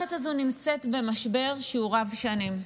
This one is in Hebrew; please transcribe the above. המערכת הזו נמצאת במשבר שהוא רב-שנים,